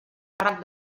càrrec